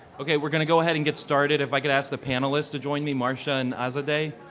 okay, we're gonna go ahead and get started if i could ask the panelists to join me, marsha and azadeh.